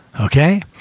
Okay